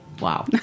wow